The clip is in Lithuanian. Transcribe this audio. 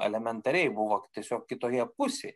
alementariai buvo tiesiog kitoje pusėj